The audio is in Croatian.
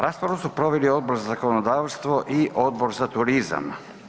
Raspravu su proveli Odbor za zakonodavstvo i Odbor za turizam.